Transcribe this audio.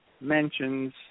mentions